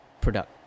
product